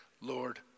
Lord